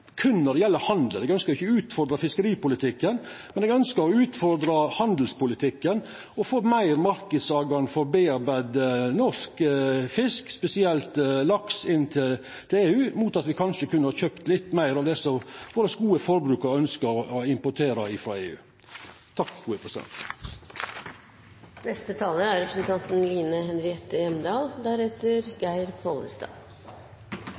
når det gjeld handel. Eg ønskjer ikkje å utfordra fiskeripolitikken. Men eg ønskjer å utfordra handelspolitikken og få større marknadstilgang for foredla norsk fisk, spesielt laks, inn til EU mot at me kanskje kunne ha kjøpt litt meir av det våre gode forbrukarar ønskjer importert frå EU.